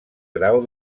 grau